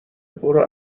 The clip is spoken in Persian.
برو